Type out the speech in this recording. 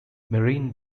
marine